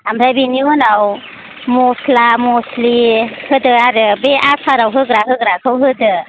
ओमफ्राय बेनि उनाव मस्ला मस्लि होदो आरो बे आसाराव होग्रा होग्राखौ होदो